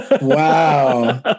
Wow